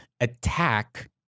attack